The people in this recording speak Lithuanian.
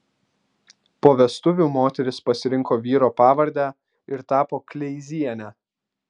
po vestuvių moteris pasirinko vyro pavardę ir tapo kleiziene